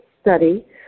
Study